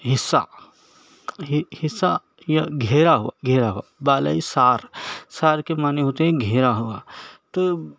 حصہ حصہ یا گھیرا ہوا گھیرا ہوا بالا صار صار کے معنیٰ ہوتے ہیں گھیرا ہوا تو